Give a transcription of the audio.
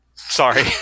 Sorry